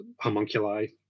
homunculi